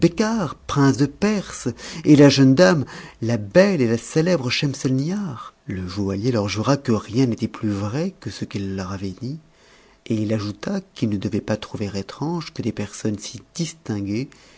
prince de perse et la jeune dame la belle et la célèbre schemsefnihar le joaillier leur jura que rien n'était plus vrai que ce qu'il leur avait dit et il ajouta qu'ils ne devaient pas trouver étrange que des personnes si distinguées